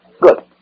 Good